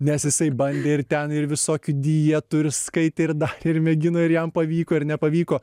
nes jisai bandė ir ten ir visokių dietų ir skaitė ir darė ir mėgino ir jam pavyko ir nepavyko